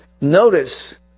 Notice